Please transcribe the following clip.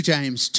James